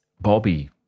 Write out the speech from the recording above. Bobby